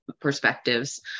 perspectives